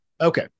Okay